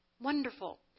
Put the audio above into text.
Wonderful